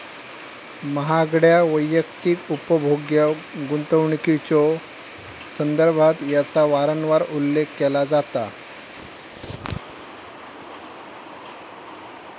महागड्या वैयक्तिक उपभोग्य गुंतवणुकीच्यो संदर्भात याचा वारंवार उल्लेख केला जाता